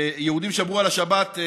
יותר מאשר היהודים שמרו על השבת,